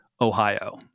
Ohio